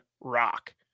rock